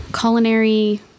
culinary